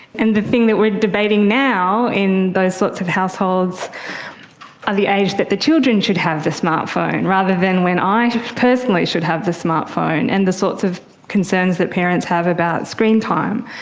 and the thing that we are debating now in those sorts of households are the age that the children should have the smart phone, rather than i personally should have the smart phone, and the sorts of concerns that parents have about screen time.